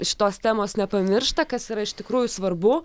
šitos temos nepamiršta kas yra iš tikrųjų svarbu